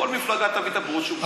וכל מפלגה תביא את הברושור שלה.